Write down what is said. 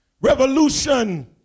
Revolution